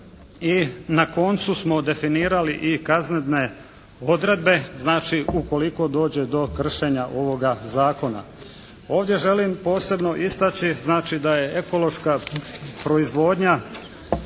na koncu smo definirali i kaznene odredbe. Znači ukoliko dođe do kršenja ovoga Zakona. Ovdje želim posebno istaći znači da je ekološka proizvodnja